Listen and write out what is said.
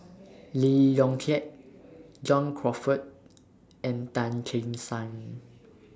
Lee Yong Kiat John Crawfurd and Tan Che Sang